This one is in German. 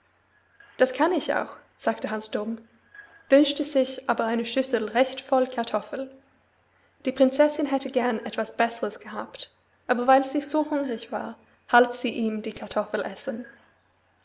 das kann ich auch sagte hans dumm wünschte sich aber eine schüssel recht voll kartoffel die prinzessin hätte gern etwas besseres gehabt aber weil sie so hungrig war half sie ihm die kartoffel essen